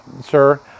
sir